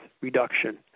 reduction